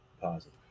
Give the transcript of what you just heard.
positive